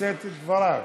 לשאת את דבריו.